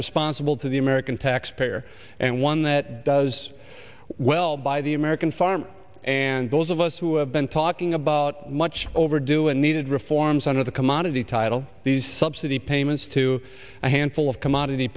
responsible to the american taxpayer and one that does well by the american farm and those of us who have been talking about much overdue and needed reforms under the commodity title these subsidy payments to a handful of commodity